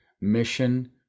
mission